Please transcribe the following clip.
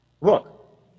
look